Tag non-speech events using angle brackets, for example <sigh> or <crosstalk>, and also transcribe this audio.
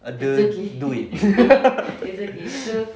ada duit <laughs>